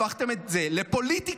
הפכתם את זה לפוליטיקה.